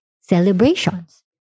celebrations